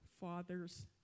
father's